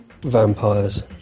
vampires